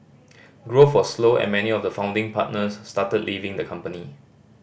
growth was slow and many of the founding partners started leaving the company